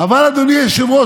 אבל אדוני היושב-ראש,